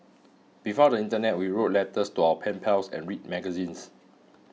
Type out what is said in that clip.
before the internet we wrote letters to our pen pals and read magazines